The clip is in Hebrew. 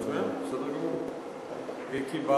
אדוני, בסדר-היום שנמצא בפנינו כתוב